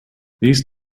these